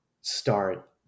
start